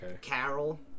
Carol